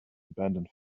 abandon